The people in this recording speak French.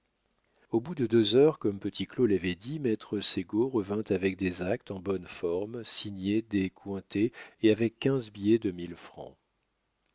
au bout de deux heures comme petit claud l'avait dit maître ségaud revint avec des actes en bonne forme signés des cointet et avec quinze billets de mille francs